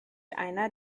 einer